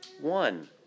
one